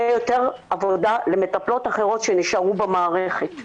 עבודה למטפלות אחרות שנשארו במערכת.